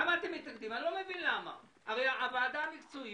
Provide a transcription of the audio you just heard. אני לא מבין למה אתם מתנגדים,